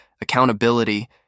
accountability